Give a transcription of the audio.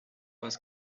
was